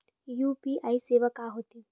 UPI सेवा का होथे?